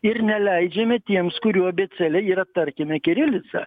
ir neleidžiame tiems kurių abėcėlė yra tarkime kirilica